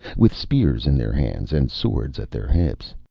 with spears in their hands and swords at their hips.